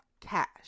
cash